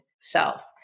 self